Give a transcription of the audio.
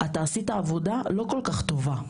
אתה עשית עבודה לא כל כך טובה,